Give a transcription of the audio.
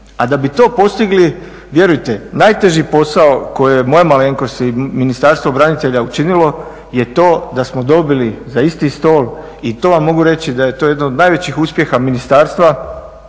a da bi to postigli vjerujte najteži posao koji je moja malenkost i Ministarstvo branitelja učinilo je to da smo dobili za isti stol i to vam mogu reći da je to jedan od najvećih uspjeha ministarstva,